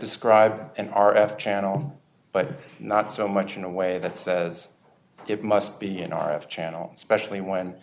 describe an r f channel but not so much in a way that says it must be in our channel specially when